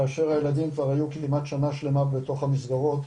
כאשר הילדים כבר היו כמעט שנה שלמה בתוך המסגרות,